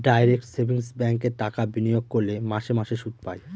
direct savings ব্যাঙ্কে টাকা বিনিয়োগ করলে মাসে মাসে সুদ পায়